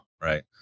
right